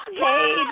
hey